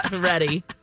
Ready